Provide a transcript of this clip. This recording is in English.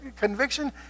conviction